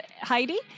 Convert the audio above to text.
Heidi